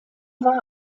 war